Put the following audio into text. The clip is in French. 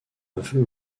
aveu